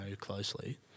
Closely